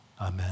Amen